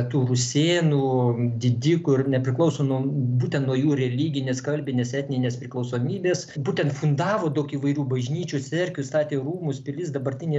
tų rusėnų didikų ir nepriklauso nuo būtent nuo jų religinės kalbinės etninės priklausomybės būtent fundavo daug įvairių bažnyčių cerkvių statė rūmus pilis dabartinėje